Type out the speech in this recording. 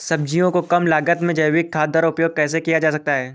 सब्जियों को कम लागत में जैविक खाद द्वारा उपयोग कैसे किया जाता है?